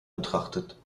betrachtet